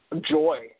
joy